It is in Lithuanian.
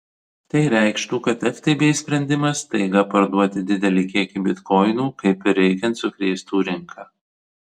tai reikštų kad ftb sprendimas staiga parduoti didelį kiekį bitkoinų kaip reikiant sukrėstų rinką